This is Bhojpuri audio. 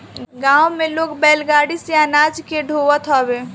गांव में लोग बैलगाड़ी से अनाज के ढोअत हवे